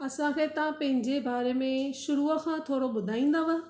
असांखे तव्हां पंहिंजे बारे में शुरूअ खां थोरो ॿुधाईंदव